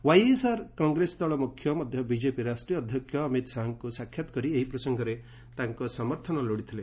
YSR Congress ଦଳ ମ୍ରଖ୍ୟ ମଧ୍ୟ ବିକେପି ରାଷ୍ଟ୍ରୀୟ ଅଧ୍ୟକ୍ଷ ଅମିତ୍ ଶାହାଙ୍କ ସାକ୍ଷାତ୍ କରି ଏହି ପ୍ରସଙ୍ଗରେ ତାଙ୍କ ସମର୍ଥନ ଲୋଡ଼ିଥିଲେ